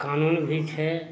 कानून भी छै